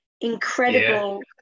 incredible